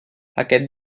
aquest